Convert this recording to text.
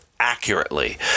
Accurately